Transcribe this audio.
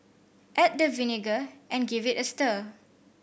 add the vinegar and give it a stir